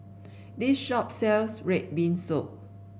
this shop sells red bean soup